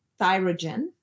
thyrogen